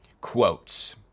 quotes